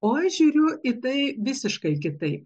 o aš žiūriu į tai visiškai kitaip